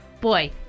boy